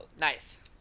Nice